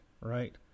right